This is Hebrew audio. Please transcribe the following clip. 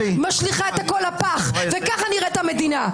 את משליכה הכול לפח וכך נראית המדינה.